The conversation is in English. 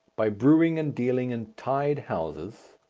by brewing and dealing in tied houses,